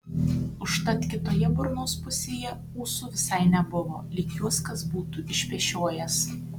užtat kitoje burnos pusėje ūsų visai nebuvo lyg juos kas būtų išpešiojęs